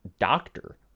doctor